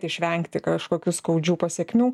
išvengti kažkokių skaudžių pasekmių